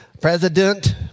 president